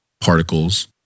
particles